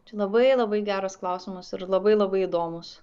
čia labai labai geras klausimas ir labai labai įdomus